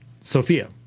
Sophia